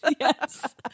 Yes